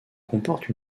comporte